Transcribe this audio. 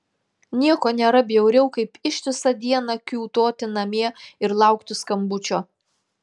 nieko nėra bjauriau kaip ištisą dieną kiūtoti namie ir laukti skambučio